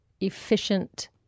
efficient